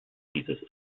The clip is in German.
dieses